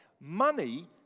Money